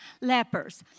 lepers